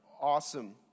awesome